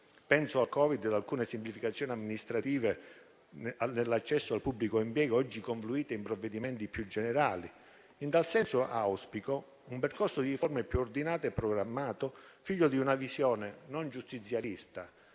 Penso al Covid e ad alcune semplificazioni amministrative nell'accesso al pubblico impiego, oggi confluite in provvedimenti più generali. In tal senso auspico un percorso di riforme più ordinato e programmato, figlio di una visione non giustizialista